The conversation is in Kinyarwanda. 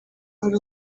hari